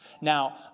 Now